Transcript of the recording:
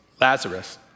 Lazarus